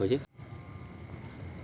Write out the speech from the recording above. लोनमा के लिए अलग से खाता खुवाबे प्रतय की?